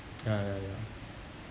ya ya ya